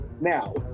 now